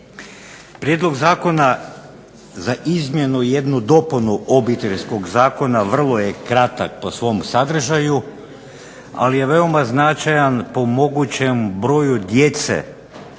Prijedlog zakona za izmjenu i jednu dopunu Obiteljskog zakona vrlo je kratak po svom sadržaju, ali je veoma značajan po mogućem broju djece